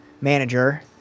manager